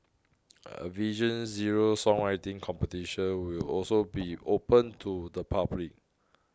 a Vision Zero songwriting competition will also be open to the public